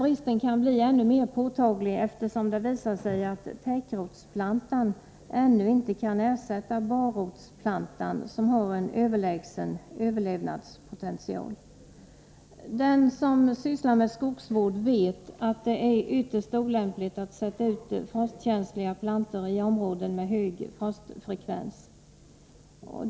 Bristen kan bli ännu mera påtaglig på grund av att täckrotsplantan — har det visat sig — ännu inte kan ersätta barrotsplantan, som har en överlägsen överlevnadspotential. Den som sysslar med skogsvård vet att det är ytterst olämpligt att sätta ut frostkänsliga plantor i områden med hög frostfrekvens.